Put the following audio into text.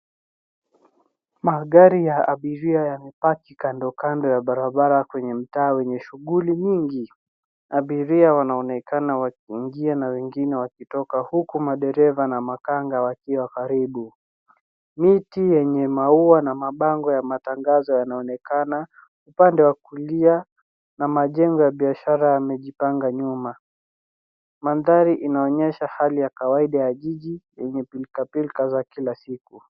Magari ya abiria yamepaki kandokando ya barabara kwenye mtaa wenye shughuli nyingi. Abiria wanaonekana wakiingia na wengine wakitoka huku madereva na makanga wakiwa karibu. Miti yenye maua na mabango ya matangazo yanaonekana upande wa kulia na majengo ya biashara yamejipanga nyuma. Mandhari yanaonyesha hali ya kawaida ya kijiji yenye pilkapilka ya kila siku.